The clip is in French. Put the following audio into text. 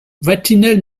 vatinelle